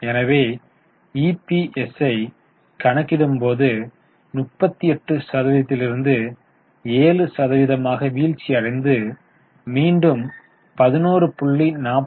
எனவே இபிஎஸ் ஐ கணக்கிடும்போது 38 சதவீதத்திலிருந்து 7 சதவீதமாக வீழ்ச்சி அடைந்து மீண்டும் 11